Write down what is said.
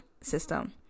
system